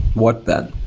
what then?